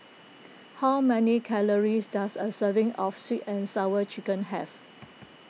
how many calories does a serving of Sweet and Sour Chicken have